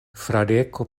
fradeko